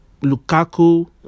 Lukaku